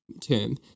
term